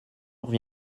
heure